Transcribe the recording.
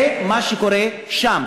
זה מה שקורה שם.